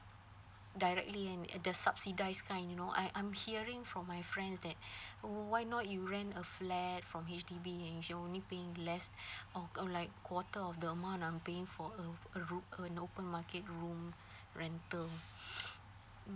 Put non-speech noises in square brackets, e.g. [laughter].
directly and at the subsidized kind you know I'm I'm hearing from my friends that oh why not you rent a flat from H_D_B you're only paying less or g~ like quarter of the amount I'm paying for a room a open market room rental [breath]